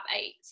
eight